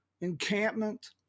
encampment